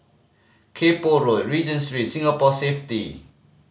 Kay Poh Road Regent Street Singapore Safety